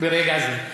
ברגע זה.